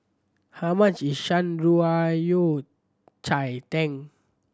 how much is Shan Rui Yao Cai Tang